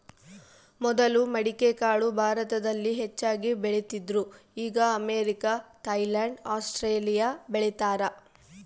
ಮೊದಲು ಮಡಿಕೆಕಾಳು ಭಾರತದಲ್ಲಿ ಹೆಚ್ಚಾಗಿ ಬೆಳೀತಿದ್ರು ಈಗ ಅಮೇರಿಕ, ಥೈಲ್ಯಾಂಡ್ ಆಸ್ಟ್ರೇಲಿಯಾ ಬೆಳೀತಾರ